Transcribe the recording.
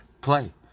play